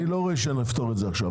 אני לא רואה שנפתור את זה עכשיו.